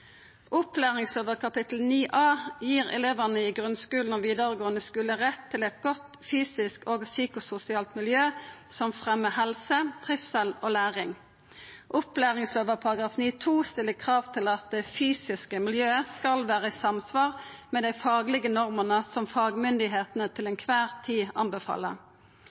gir elevane i grunnskulen og vidaregåande skule rett til eit godt fysisk og psykososialt miljø som fremjar helse, trivsel og læring. Opplæringslova § 9a-2 stiller krav til at det fysiske miljøet skal vera i samsvar med dei faglege normene som fagmyndigheitene til kvar tid